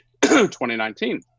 2019